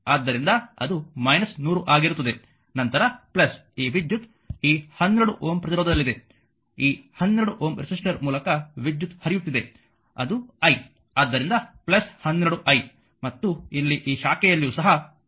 ಆದ್ದರಿಂದ ಅದು 100 ಆಗಿರುತ್ತದೆ ನಂತರ ಈ ವಿದ್ಯುತ್ ಈ 12 Ω ಪ್ರತಿರೋಧದಲ್ಲಿದೆ ಈ 12 ಓಮ್ ರೆಸಿಸ್ಟರ್ ಮೂಲಕ ವಿದ್ಯುತ್ ಹರಿಯುತ್ತಿದೆ ಅದು i ಆದ್ದರಿಂದ 12i ಮತ್ತು ಇಲ್ಲಿ ಈ ಶಾಖೆಯಲ್ಲಿಯೂ ಸಹ i2 ಪ್ರವೇಶಿಸುತ್ತಿದೆ